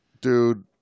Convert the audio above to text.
dude